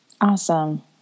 awesome